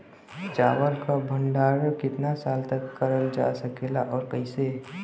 चावल क भण्डारण कितना साल तक करल जा सकेला और कइसे?